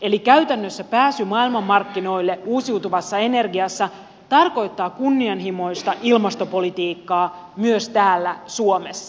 eli käytännössä pääsy maailmanmarkkinoille uusiutuvalla energialla tarkoittaa kunnianhimoista ilmastopolitiikkaa myös täällä suomessa